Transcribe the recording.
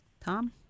Tom